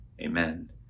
amen